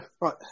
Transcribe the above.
Right